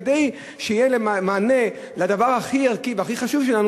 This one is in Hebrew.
כדי שיהיה מענה לדבר הכי ערכי והכי חשוב שלנו,